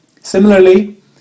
Similarly